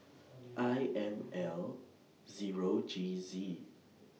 I M L Zero G Z